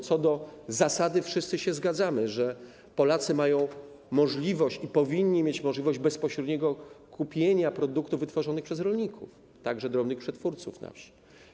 Co do zasady wszyscy się zgadzamy, że Polacy mają i powinni mieć możliwość bezpośredniego kupienia produktów wytworzonych przez rolników, także drobnych przetwórców na wsi.